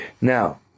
Now